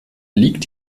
liegt